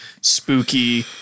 spooky